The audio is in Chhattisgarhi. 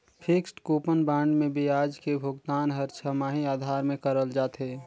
फिक्सड कूपन बांड मे बियाज के भुगतान हर छमाही आधार में करल जाथे